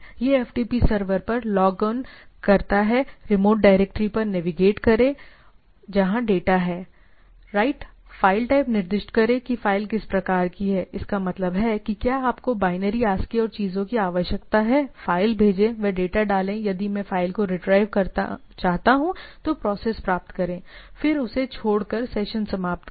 यह FTP server पर log on करता है रिमोट डायरेक्टरी पर नेविगेट करें जहां डेटा है राइट फ़ाइल टाइप निर्दिष्ट करें कि फ़ाइल किस प्रकार की है इसका मतलब है कि क्या आपको बाइनरी ASCII और चीजों की आवश्यकता है फ़ाइल भेजें वह डेटा डालें यदि मैं फ़ाइल को रिट्रीव करना चाहता हूं तो प्रोसेस प्राप्त करें फिर उसे छोड़ कर सेशन समाप्त करें